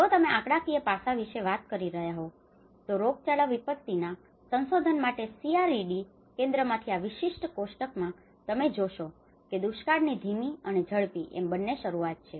જો તમે આંકડાકીય પાસા વિશે વાત કરી રહ્યા છો તો રોગચાળા વિપત્તિના સંશોધન માટે સીઆરઈડી કેન્દ્રમાંથી આ વિશિષ્ટ કોષ્ટકમાં તમે જોશો કે દુષ્કાળની ધીમી અને ઝડપી એમ બંને શરૂઆત છે